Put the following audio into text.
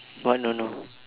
what don't know